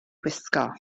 wisgo